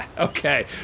Okay